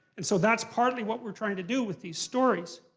and so that's partly what we're trying to do with these stories.